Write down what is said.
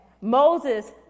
Moses